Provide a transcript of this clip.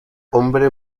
hombre